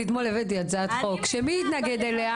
אתמול הבאתי הצעת חוק שמי התנגד אליה?